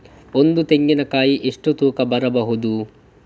ಒಂದು ತೆಂಗಿನ ಕಾಯಿ ಎಷ್ಟು ತೂಕ ಬರಬಹುದು?